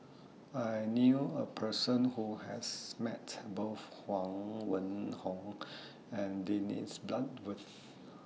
I knew A Person Who has Met Both Huang Wenhong and Dennis Bloodworth